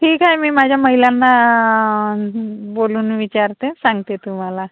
ठीक आहे मी माझ्या महिलांना बोलून विचारते सांगते तुम्हाला